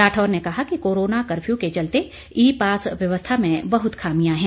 राठौर ने कहा कि कोरोना कर्फ्यू के चलते ईपास व्यवस्था में बहुत खामियां है